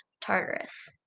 Tartarus